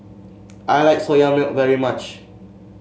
I like Soya Milk very much